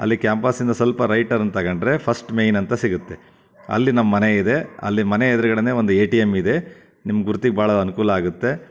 ಅಲ್ಲಿ ಕ್ಯಾಂಪಸ್ ಸ್ವಲ್ಪ right turn ತೆಗೆದು ಕೊಂಡರೆ ಫರ್ಸ್ಟ್ ಮೈನ್ ಅಂತ ಸಿಗುತ್ತೆ ಅಲ್ಲಿ ನಮ್ಮ ಮನೆಯಿದೆ ಅಲ್ಲಿ ಮನೆ ಎದುರುಗಡೆನೇ ಒಂದು ಎ ಟಿ ಎಮ್ ಇದೆ ನಿಮ್ಮ ಗುರುತಿಗೆ ಬಹಳ ಅನುಕೂಲ ಆಗುತ್ತೆ